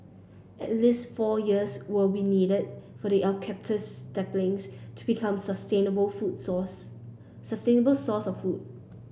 at least four years will be needed for the eucalyptus saplings to become sustainable foods source sustainable source of food